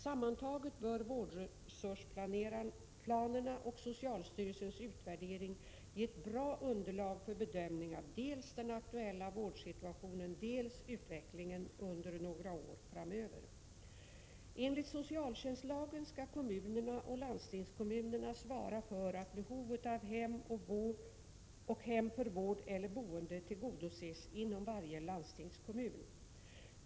Sammantaget bör vårdresursplanerna och socialstyrelsens utvärdering ge ett bra underlag för bedömning av dels den aktuella vårdsituationen, dels utvecklingen under några år framöver. Enligt socialtjänstlagen skall kommunerna och landstingskommunerna svara för att behovet av hem för vård eller boende tillgodses inom varje landstingskommun.